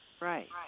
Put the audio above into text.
Right